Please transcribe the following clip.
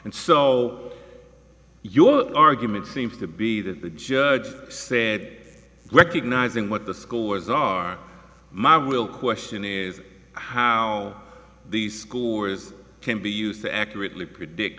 and so your argument seems to be that the judge said recognising what the scores are my real question is how the scores can be used to accurately predict